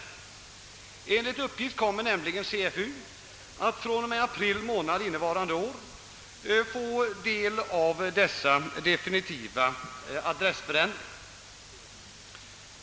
Enligt uppgift kommer nämligen CFU fr.o.m. april månad innevarande år att få ta del av dessa definitiva adressändringar.